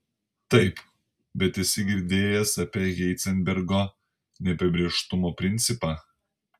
taip bet esi girdėjęs apie heizenbergo neapibrėžtumo principą